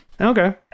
okay